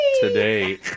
today